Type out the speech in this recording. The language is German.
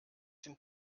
den